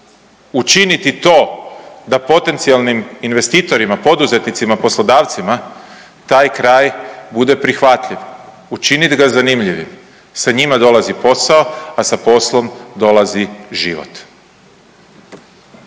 učiniti to da potencijalnim investitorima, poduzetnicima, poslodavcima taj kraj bude prihvatljiv, učinit ga zanimljivim. Sa njima dolazi posao, a sa poslom dolazi život.